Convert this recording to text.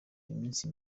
iminsi